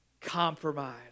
compromise